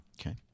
Okay